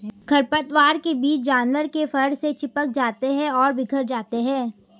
खरपतवार के बीज जानवर के फर से चिपक जाते हैं और बिखर जाते हैं